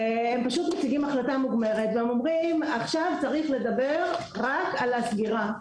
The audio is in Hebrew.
הם פשוט מציגים החלטה מוגמרת ואומרים שעכשיו צריך לדבר רק על הסגירה,